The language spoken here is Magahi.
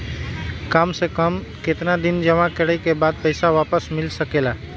काम से कम केतना दिन जमा करें बे बाद पैसा वापस मिल सकेला?